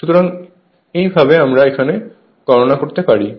সুতরাং এইভাবে আমরা এখানে গণনা করতে পারি